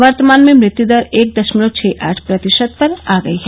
वर्तमान में मृत्यु दर एक दशमलव छह आठ प्रतिशत पर आ गई है